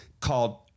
called